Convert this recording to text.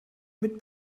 mit